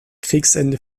kriegsende